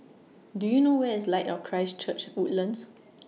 Do YOU know Where IS Light of Christ Church Woodlands